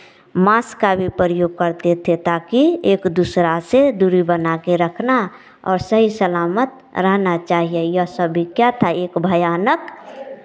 mask का भी प्रयोग करते थे ताकि एक दूसरा से दूरी बना कर रखना और सही सलामत रहना चाहिए यह सभी क्या था एक भयानक